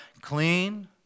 clean